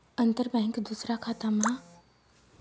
अंतर बँक दूसरा खातामा एन.ई.एफ.टी म्हाईन पैसा धाडू शकस